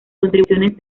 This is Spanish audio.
contribuciones